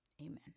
Amen